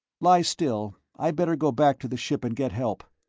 lie still, i'd better go back to the ship and get help.